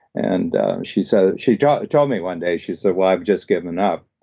and she so she told me one day, she said, well, i've just given up.